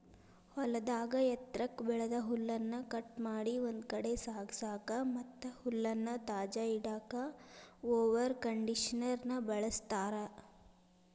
ಹೊಲದಾಗ ಎತ್ರಕ್ಕ್ ಬೆಳದ ಹುಲ್ಲನ್ನ ಕಟ್ ಮಾಡಿ ಒಂದ್ ಕಡೆ ಸಾಗಸಾಕ ಮತ್ತ್ ಹುಲ್ಲನ್ನ ತಾಜಾ ಇಡಾಕ ಮೊವೆರ್ ಕಂಡೇಷನರ್ ನ ಬಳಸ್ತಾರ